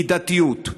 מידתיות.